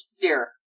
dear